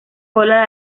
cola